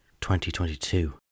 2022